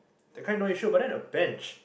that kind no issue but then a bench